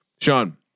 Sean